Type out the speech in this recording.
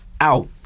out